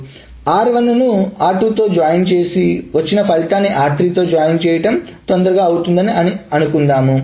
r1 ను r2 తో join చేసి వచ్చిన ఫలితాన్ని r3 తో జాయిన్ చేయడం తొందరగా అవుతుంది అని అనుకుందాం